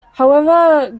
however